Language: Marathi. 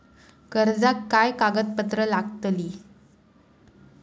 कर्जाक काय कागदपत्र लागतली?